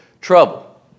trouble